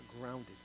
grounded